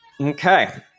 Okay